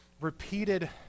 repeated